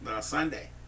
Sunday